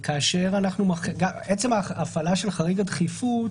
עצם ההפעלה של חריג הדחיפות